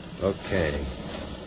Okay